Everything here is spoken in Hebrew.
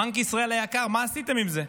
בנק ישראל היקר, מה עשיתם עם זה?